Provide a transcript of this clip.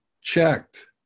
checked